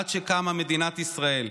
עד שקמה מדינת ישראל,